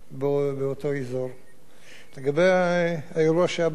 לגבי האירוע שהיה בשכונת שועפאט,